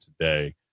today